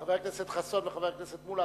חבר הכנסת חסון וחבר הכנסת מולה,